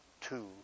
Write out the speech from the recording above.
two